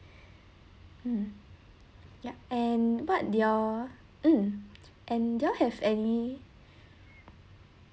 mm yup and what do your mm and do you all have any